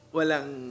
walang